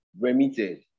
remitted